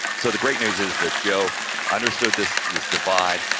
so, the great news is that joe understood this, this divide,